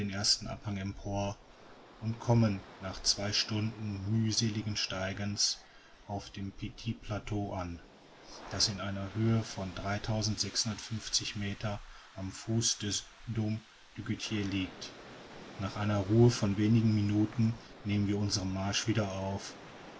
ersten abhang empor und kommen nach zwei stunden mühseligen steigens auf dem petit plateau an das in einer höhe von meter am fuß des dom du goter liegt nach einer ruhe von wenigen minuten nehmen wir unsern marsch wieder auf